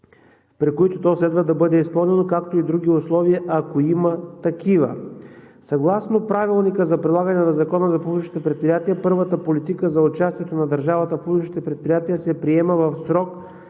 при които то следва да бъде изпълнено, както и други условия, ако има такива. Съгласно Правилника за прилагане на Закона за публичните предприятия първата политика за участието на държавата в публичните предприятия се приема в срок